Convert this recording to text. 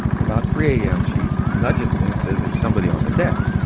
about three am, she nudges me and says, there's somebody on the deck.